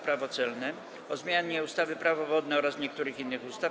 Prawo celne, - o zmianie ustawy Prawo wodne oraz niektórych innych ustaw.